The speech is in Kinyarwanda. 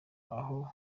aho